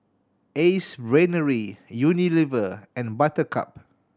Ace Brainery Unilever and Buttercup